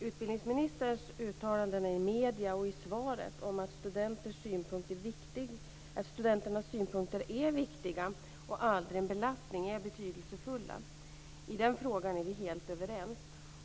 Utbildningsministerns uttalanden i medierna och i svaret om att studenternas synpunkter är viktiga och aldrig en belastning är betydelsefulla. I den frågan är vi helt överens.